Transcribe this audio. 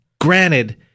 granted